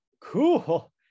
cool